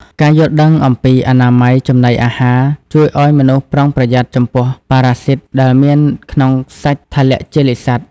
ការយល់ដឹងអំពីអនាម័យចំណីអាហារ ជួយឱ្យមនុស្សប្រុងប្រយ័ត្នចំពោះប៉ារ៉ាស៊ីតដែលមានក្នុងសាច់ថលជលិកសត្វ។